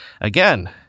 Again